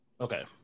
Okay